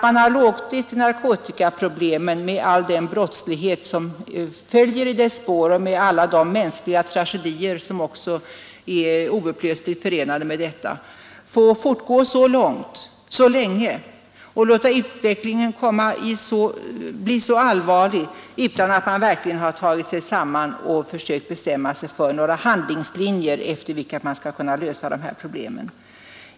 Man har låtit narkotikaproblemet, med all den brottslighet som följer i dess spår och med alla de mänskliga tragedier som också är oupplösligt förenade med narkotikaproblemet, bestå alltför länge, och man har låtit utvecklingen bli så allvarlig utan att verkligen ta sig samman och försöka bestämma sig för några handlingslinjer, efter vilka problemen skall kunna lösas.